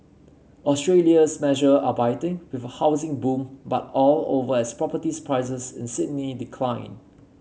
Australia's measure are biting with a housing boom but all over as properties prices in Sydney decline